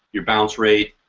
your bounce rate,